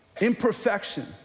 Imperfection